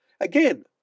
again